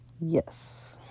yes